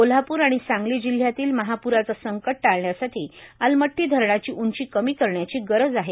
कोल्हापूर आणि सांगली जिल्ह्यातल्या महाप्राचं संकट टाळण्यासाठी अलमट्टी धरणाची उंची कमी करण्याची गरज आहे